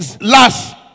last